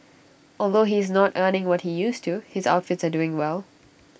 although he is not earning what he used to his outfits are doing well